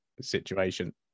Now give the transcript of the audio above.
situation